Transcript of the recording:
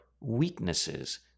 weaknesses